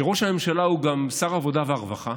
כשראש הממשלה הוא גם שר העבודה והרווחה,